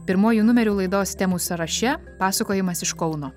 pirmuoju numeriu laidos temų sąraše pasakojimas iš kauno